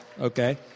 Okay